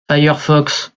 firefox